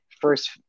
first